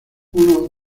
uno